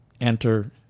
enter